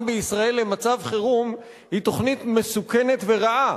בישראל למצב חירום היא תוכנית מסוכנת ורעה,